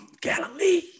Galilee